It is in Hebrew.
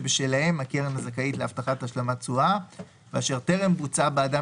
שבשלהם הקרן זכאית להבטחת השלמת תשואה ואשר טרם בוצעה בעדם